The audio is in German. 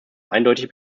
eindeutig